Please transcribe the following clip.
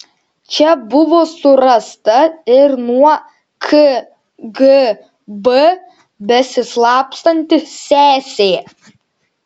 čia buvo surasta ir nuo kgb besislapstanti sesė